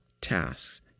tasks